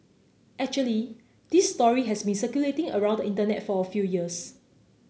actually this story has been circulating around the Internet for a few years